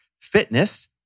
Fitness